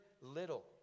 little